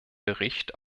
bericht